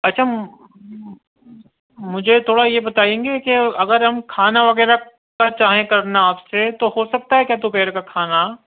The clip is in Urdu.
اچھا مجھے تھوڑا یہ بتائیں گے کہ اگر ہم کھانا وغیرہ چاہیں کرنا آپ سے تو ہو سکتا ہے کیا دوپہر کا کھانا